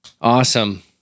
Awesome